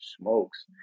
smokes